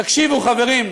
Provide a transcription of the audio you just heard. תקשיבו, חברים,